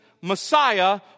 Messiah